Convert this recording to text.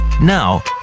Now